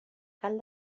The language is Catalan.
cal